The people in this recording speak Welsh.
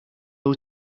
wyt